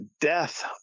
death